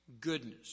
goodness